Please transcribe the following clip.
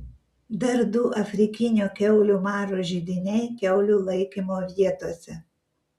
dar du afrikinio kiaulių maro židiniai kiaulių laikymo vietose